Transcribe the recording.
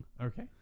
Okay